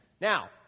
Now